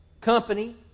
company